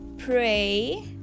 Pray